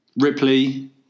Ripley